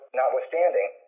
notwithstanding